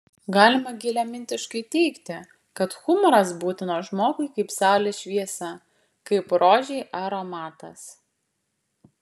galima giliamintiškai teigti kad humoras būtinas žmogui kaip saulės šviesa kaip rožei aromatas